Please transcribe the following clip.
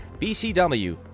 BCW